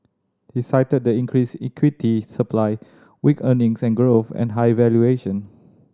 he cited the increased equity supply weak earnings and growth and high valuation